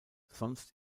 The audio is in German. sonst